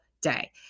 day